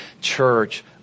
church